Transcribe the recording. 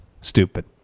stupid